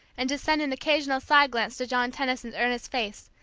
and to send an occasional side glance to john tenison's earnest face,